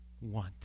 want